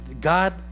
God